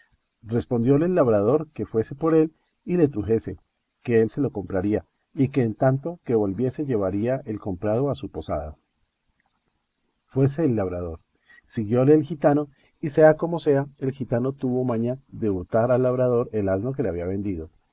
precio respondióle el labrador que fuese por él y le trujese que él se le compraría y que en tanto que volviese llevaría el comprado a su posada fuese el labrador siguióle el gitano y sea como sea el gitano tuvo maña de hurtar al labrador el asno que le había vendido